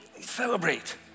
celebrate